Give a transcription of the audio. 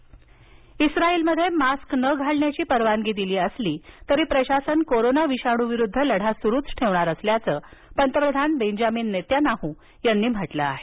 Israel इस्रायलमध्ये mask न घालण्याची परवानगी दिली असली तरी प्रशासन कोरोना विषाणूविरूद्ध लढा सुरूच ठेवणार असल्याचं पंतप्रधान बेंजामिन नेतन्याहू यांनी म्हटलं आहे